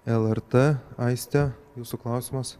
lrt aistė jūsų klausimas